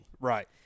Right